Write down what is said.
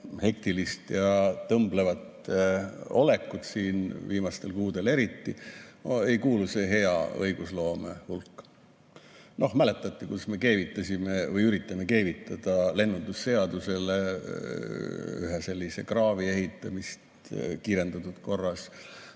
hektilist ja tõmblevat olekut siin, viimastel kuudel eriti, ei kuulu see hea õigusloome hulka. Mäletate, kuidas me keevitasime või üritame keevitada lennundusseadusele juurde ühe sellise kraavi ehitamise kiirendatud korras,